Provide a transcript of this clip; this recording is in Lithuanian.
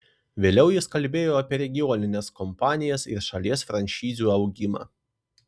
vėliau jis kalbėjo apie regionines kompanijas ir šalies franšizių augimą